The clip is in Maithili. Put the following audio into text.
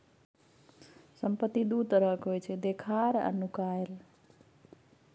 संपत्ति दु तरहक होइ छै देखार आ नुकाएल